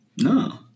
No